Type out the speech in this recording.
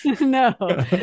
no